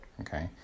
okay